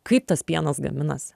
kaip tas pienas gaminasi